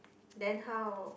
then how